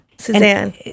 Suzanne